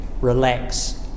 relax